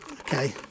okay